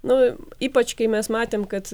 nu ypač kai mes matėm kad